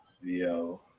yo